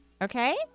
Okay